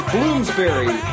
Bloomsbury